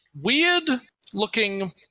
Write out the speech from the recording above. weird-looking